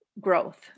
growth